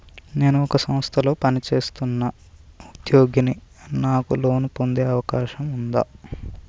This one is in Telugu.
నేను ఒక సంస్థలో పనిచేస్తున్న ఉద్యోగిని నాకు లోను పొందే అవకాశం ఉందా?